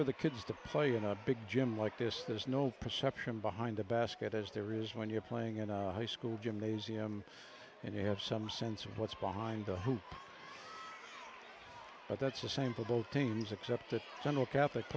for the kids to play in a big gym like this there's no perception behind the basket as there is when you're playing in a high school gymnasium and you have some sense of what's behind the hoop but that's the same for both teams except the general catholic